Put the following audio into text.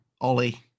ollie